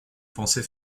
pensais